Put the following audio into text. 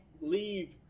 Leave